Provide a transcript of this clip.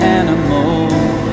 animals